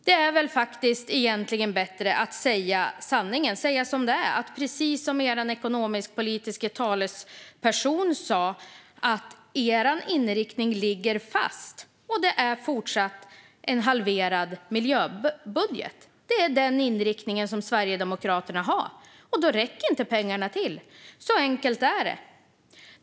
Det är väl bättre att säga som det är, nämligen att, precis som er ekonomisk-politiska talesperson sa, er inriktning ligger fast, och det är fortsatt en halverad miljöbudget. Det är den inriktningen som Sverigedemokraterna har, och då räcker inte pengarna till. Så enkelt är det.